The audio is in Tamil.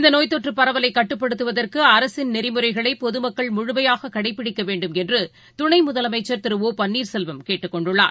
இந்தநோய் தொற்றுபரவலைகட்டுப்படுத்துவதற்குஅரசின் நெறிமுறைபொதுமக்கள் முழுமையாககடைப்பிடிக்கவேண்டும் என்றுதுணைமுதலமைச்சா் திரு ஒ பன்னீா்செல்வம் கேட்டுக்கொண்டுள்ளார்